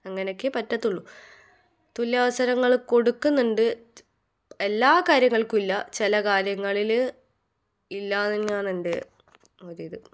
അങ്ങനെയൊക്കെയേ പറ്റത്തുള്ളൂ തുല്യ അവസരങ്ങൾ കൊടുക്കുന്നുണ്ട് എല്ലാ കാര്യങ്ങൾക്കും ഇല്ല ചില കാര്യങ്ങളില് ഇല്ല എന്നുതന്നെയാണ് എൻ്റെ ഒരിത്